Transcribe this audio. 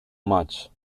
much